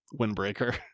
windbreaker